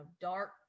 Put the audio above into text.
dark